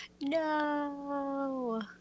No